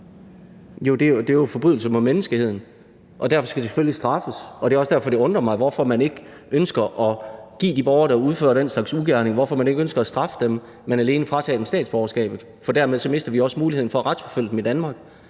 Jo, det er jo forbrydelser mod menneskeheden, og derfor skal det selvfølgelig straffes, og det er også derfor, det undrer mig, at man ikke ønsker at straffe de borgere, der udfører den slags ugerninger, men alene fratage dem statsborgerskabet, for dermed mister vi også muligheden for at retsforfølge dem i Danmark.